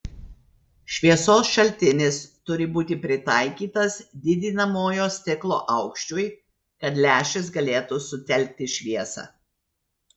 šviesos šaltinis turi būti pritaikytas didinamojo stiklo aukščiui kad lęšis galėtų sutelkti šviesą